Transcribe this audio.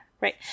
right